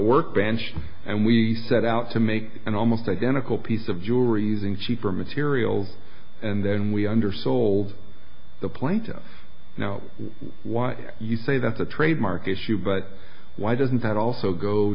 workbench and we set out to make an almost identical piece of jewelry the cheaper material and then we under sold the plaintiff now why you say that's a trademark issue but why doesn't that also go